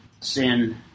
sin